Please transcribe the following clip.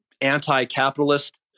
anti-capitalist